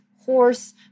horse